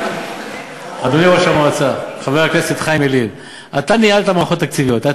אתה, אתה ניהלת מערכות תקציביות.